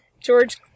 George